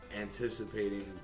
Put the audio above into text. anticipating